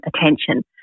attention